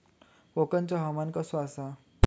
कोकनचो हवामान कसा आसा?